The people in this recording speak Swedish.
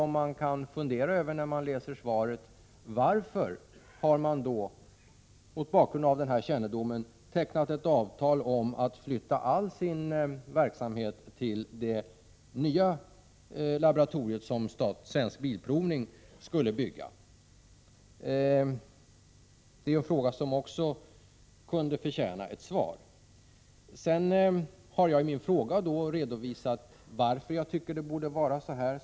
Man kan, när man läser svaret, fundera över varför naturvårdsverket mot bakgrund av denna kännedom har tecknat ett avtal om att flytta all denna verksamhet till det nya laboratorium som Svensk Bilprovning skall bygga. Det är en fråga som också kunde förtjäna ett svar. Jag har i min fråga redovisat varför jag tycker att verksamheten borde vara kvar.